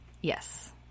yes